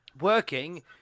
working